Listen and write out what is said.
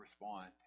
respond